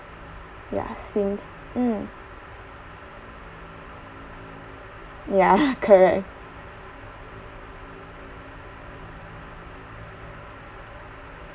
yeah since mm yeah correct